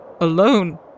alone